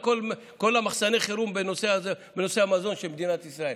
כל מחסני החירום של המזון של מדינת ישראל.